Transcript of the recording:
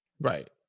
Right